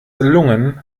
lungen